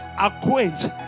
Acquaint